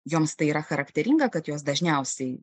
joms tai yra charakteringa kad jos dažniausiai